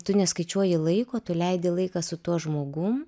tu neskaičiuoji laiko tu leidi laiką su tuo žmogum